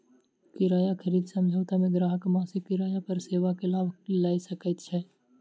किराया खरीद समझौता मे ग्राहक मासिक किराया पर सेवा के लाभ लय सकैत छै